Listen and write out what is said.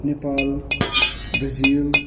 Nepal Brazil